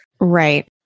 Right